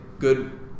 Good